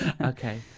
Okay